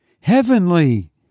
Heavenly